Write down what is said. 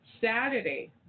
Saturday